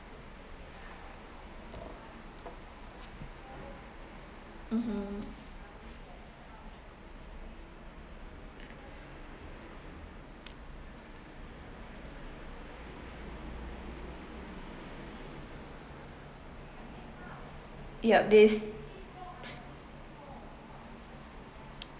mmhmm yup this